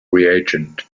reagent